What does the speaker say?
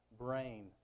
brain